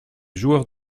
joueurs